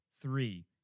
Three